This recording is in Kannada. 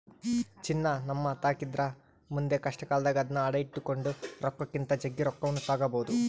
ಚಿನ್ನ ನಮ್ಮತಾಕಿದ್ರ ಮುಂದೆ ಕಷ್ಟಕಾಲದಾಗ ಅದ್ನ ಅಡಿಟ್ಟು ಕೊಂಡ ರೊಕ್ಕಕ್ಕಿಂತ ಜಗ್ಗಿ ರೊಕ್ಕವನ್ನು ತಗಬೊದು